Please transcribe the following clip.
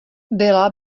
byla